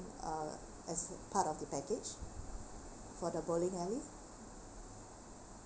uh as part of the package for the bowling alley